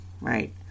right